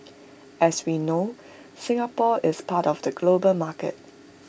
as we know Singapore is part of the global market